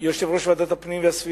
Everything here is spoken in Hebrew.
יושב-ראש ועדת הפנים והגנת הסביבה,